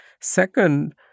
Second